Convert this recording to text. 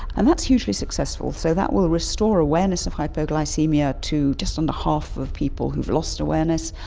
and that's usually successful, so that will restore awareness of hypoglycaemia to just under half of people who have lost awareness,